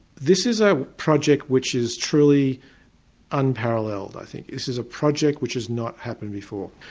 this is a project which is truly unparalleled, i think. this is a project which has not happened before.